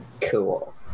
Cool